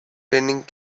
training